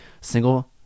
Single